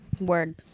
Word